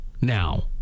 now